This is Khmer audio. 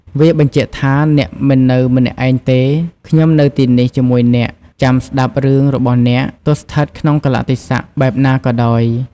វាបញ្ជាក់ថា "អ្នកមិននៅម្នាក់ឯងទេ ខ្ញុំនៅទីនេះជាមួយអ្នក ចាំស្ដាប់រឿងរបស់អ្នក ទោះស្ថិតក្នុងកាលៈទេសៈបែបណាក៏ដោយ"។